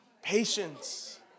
Patience